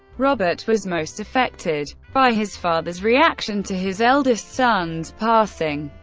robert was most affected by his father's reaction to his eldest son's passing.